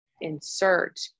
insert